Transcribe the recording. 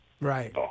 Right